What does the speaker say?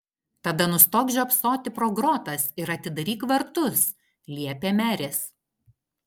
tada nustok žiopsoti pro grotas ir atidaryk vartus liepė meris